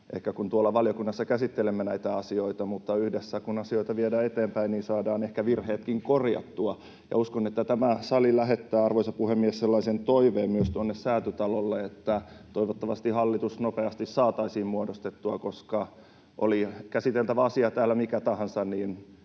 ehkä tuolla valiokunnassa käsittelemme näitä asioita — mutta kun yhdessä asioita viedään eteenpäin, saadaan ehkä virheetkin korjattua. Ja uskon, että tämä sali lähettää, arvoisa puhemies, sellaisen toiveen myös tuonne Säätytalolle, että toivottavasti hallitus nopeasti saataisiin muodostettua, koska oli käsiteltävä asia täällä mikä tahansa,